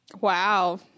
Wow